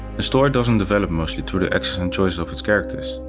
the story doesn't develop mostly through the actions and choices of its characters,